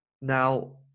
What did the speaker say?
Now